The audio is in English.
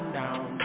down